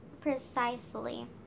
precisely